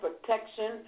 protection